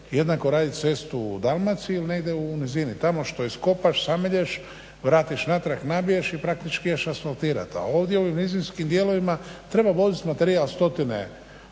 jednako raditi cestu u Dalmaciji ili negdje u nizini. Tamo što iskopaš, samelješ, vratiš natrag, nabiješ, i praktički ideš asfaltirati, a ovdje u ovim nizinskim dijelovima treba voziti materijal stotine,